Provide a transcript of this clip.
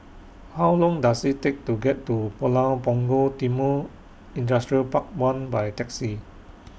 How Long Does IT Take to get to Pulau Punggol Timor Industrial Park one By Taxi